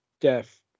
Death